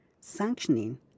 sanctioning